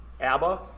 Abba